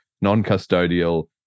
non-custodial